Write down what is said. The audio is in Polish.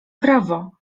prawo